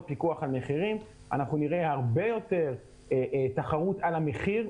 פיקוח על מחירים אנחנו נראה הרבה יותר תחרות על המחיר.